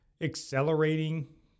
accelerating